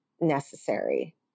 necessary